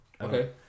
Okay